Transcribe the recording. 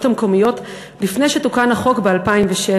המקומיות לפני שתוקן החוק ב-2007,